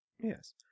yes